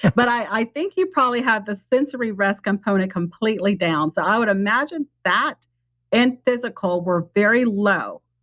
but i think you probably have the sensory rest component completely down. so, i would imagine that and physical were very low.